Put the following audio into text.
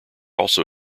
also